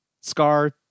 Scar